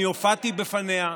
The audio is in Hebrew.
אני הופעתי בפניה.